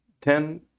ten